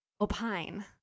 Opine